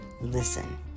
listen